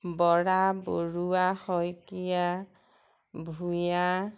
Bora Baruah Saikia Bhuyan